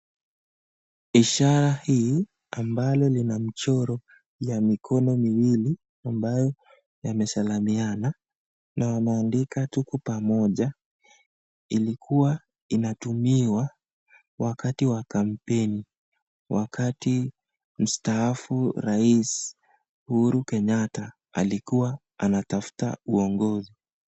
Ishara hii ambalo lina mchoro ya mikono miwili ambayo yamesalamiana na wanaandika ''Tuko Pamoja,'' ilikuwa inatumiwa wakati wa kampeni wakati mstaafu rais Uhuru Kenyatta alikuwa anatafuta uongozi.